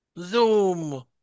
Zoom